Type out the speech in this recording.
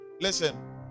Listen